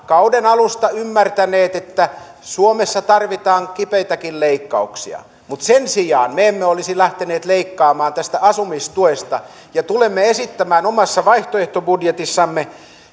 kauden alusta ymmärtäneet että suomessa tarvitaan kipeitäkin leikkauksia mutta sen sijaan me emme olisi lähteneet leikkaamaan tästä asumistuesta ja tulemme esittämään omassa vaihtoehtobudjetissamme